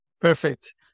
Perfect